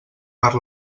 per